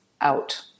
out